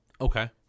Okay